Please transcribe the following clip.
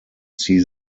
see